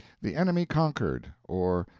the enemy conquered or,